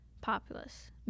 populace